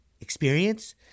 experience